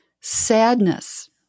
sadness